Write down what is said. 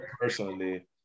personally